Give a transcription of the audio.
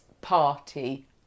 Party